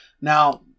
Now